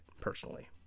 personally